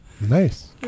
Nice